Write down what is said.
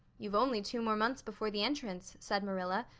you've only two more months before the entrance, said marilla.